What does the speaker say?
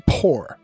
poor